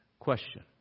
question